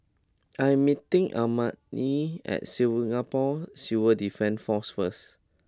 I am meeting Elmina at Singapore Civil Defence Force first